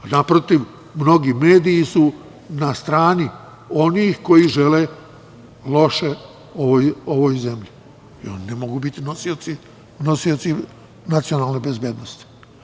Naprotiv, mnogi mediji su na strani onih koji žele loše ovoj zemlji i oni ne mogu biti nosioci nacionalne bezbednosti.